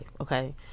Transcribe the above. okay